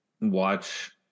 watch